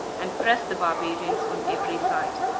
and pressed the barbarians on every side.